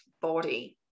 body